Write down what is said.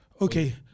Okay